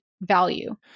value